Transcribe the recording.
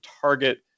target